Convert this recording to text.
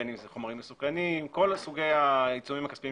בין אם זה חומרים מסוכנים כל סוגי העיצומים הכספיים